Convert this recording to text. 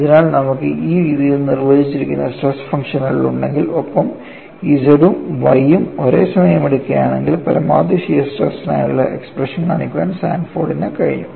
അതിനാൽ നമുക്ക് ഈ രീതിയിൽ നിർവചിച്ചിരിക്കുന്ന സ്ട്രെസ് ഫംഗ്ഷനുകൾ ഉണ്ടെങ്കിൽ ഒപ്പം Z ഉം Y ഉം ഒരേസമയം എടുക്കുകയാണെങ്കിൽ പരമാവധി ഷിയർ സ്ട്രെസ്നായുള്ള എക്സ്പ്രഷൻ കാണിക്കാൻ സാൻഫോർഡിന് കഴിഞ്ഞു